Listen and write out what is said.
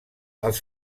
els